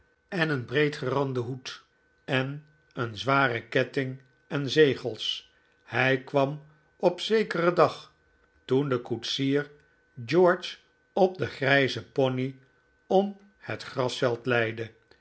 en een breedgeranden hoed en een zwaren ketting en zegels hij kwam op zekeren dag toen de koetsier george op den grijzen pony om het grasveld leidde